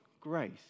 grace